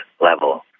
level